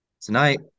tonight